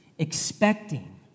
expecting